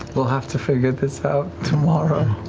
we'll have to figure this out tomorrow.